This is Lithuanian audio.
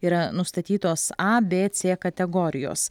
yra nustatytos abc kategorijos